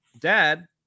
dad